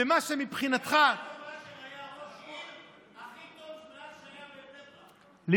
ומה שמבחינתך ויעקב אשר היה ראש העיר הכי טוב שהיה בבני ברק.